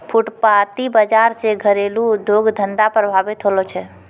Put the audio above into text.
फुटपाटी बाजार से घरेलू उद्योग धंधा प्रभावित होलो छै